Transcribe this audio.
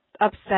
upset